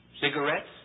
cigarettes